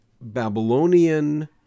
Babylonian